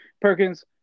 Perkins